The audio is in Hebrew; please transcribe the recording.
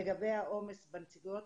לגבי העומס בנציגויות.